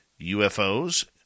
UFOs